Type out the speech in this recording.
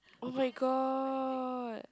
oh-my-god